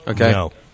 Okay